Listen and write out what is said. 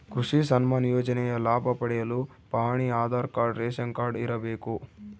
ಕೃಷಿ ಸನ್ಮಾನ್ ಯೋಜನೆಯ ಲಾಭ ಪಡೆಯಲು ಪಹಣಿ ಆಧಾರ್ ಕಾರ್ಡ್ ರೇಷನ್ ಕಾರ್ಡ್ ಇರಬೇಕು